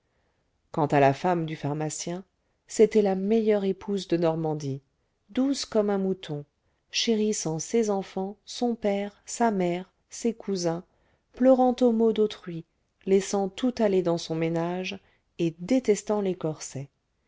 quant à la femme du pharmacien c'était la meilleure épouse de normandie douce comme un mouton chérissant ses enfants son père sa mère ses cousins pleurant aux maux d'autrui laissant tout aller dans son ménage et détestant les corsets